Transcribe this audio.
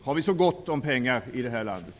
Har vi så gott om pengar i det här landet?